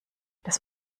das